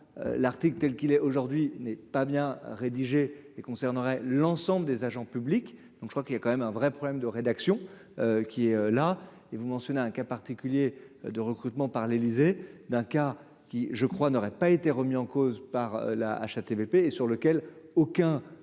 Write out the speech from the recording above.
l'Arctique telle qu'il est aujourd'hui n'est pas bien rédigé et concernerait l'ensemble des agents publics, donc je crois qu'il a quand même un vrai problème de rédaction qui est là et vous mentionnez un cas particulier de recrutement par l'Élysée d'un cas qui je crois n'aurait pas été remis en cause par la HATVP, et sur lequel aucun